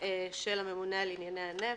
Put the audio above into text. של הממונה על ענייני הנפט,